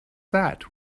that